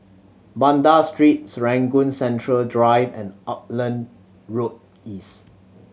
Banda Street Serangoon Central Drive and Auckland Road East